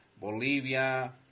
Bolivia